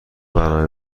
برنامه